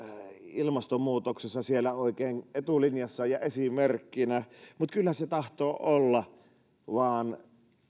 ilmastonmuutoksessa siellä oikein etulinjassa ja esimerkkinä mutta kyllä se tahtoo olla vain